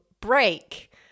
break